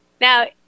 Now